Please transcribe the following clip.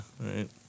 right